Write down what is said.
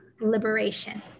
liberation